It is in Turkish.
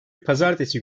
pazartesi